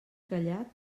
callat